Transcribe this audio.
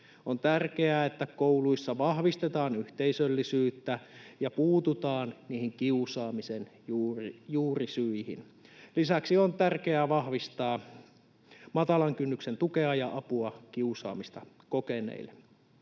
On tärkeää, että kouluissa vahvistetaan yhteisöllisyyttä ja puututaan niihin kiusaamisen juurisyihin. Lisäksi on tärkeää vahvistaa matalan kynnyksen tukea ja apua kiusaamista kokeneille.